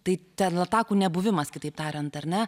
tai ten latakų nebuvimas kitaip tariant ar ne